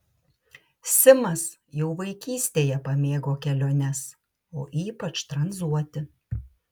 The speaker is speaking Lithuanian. simas jau vaikystėje pamėgo keliones o ypač tranzuoti